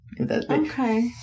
Okay